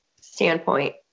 standpoint